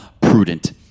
prudent